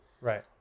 Right